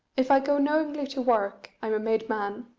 if i go knowingly to work, i'm a made man.